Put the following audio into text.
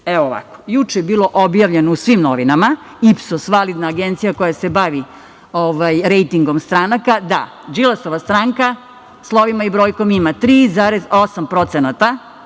evo ovako, juče je bilo objavljeno u svim novinama, „Ipsos“ validna agencija koja se bavi rejtingom stranaka da Đilasova stranka, slovima i brojkom ima 3,8%, znači,